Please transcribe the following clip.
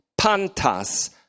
pantas